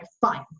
fine